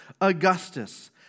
Augustus